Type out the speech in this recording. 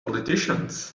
politicians